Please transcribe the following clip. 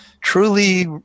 truly